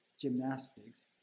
gymnastics